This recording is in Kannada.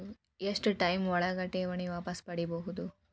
ಎಷ್ಟು ಟೈಮ್ ಒಳಗ ಠೇವಣಿ ವಾಪಸ್ ಪಡಿಬಹುದು?